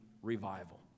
Revival